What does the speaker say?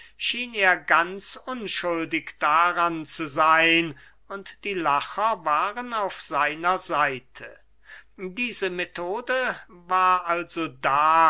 er ganz unschuldig daran zu seyn und die lacher waren auf seiner seite diese methode war also da